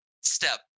Step